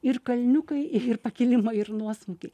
ir kalniukai ir pakilimai ir nuosmukiai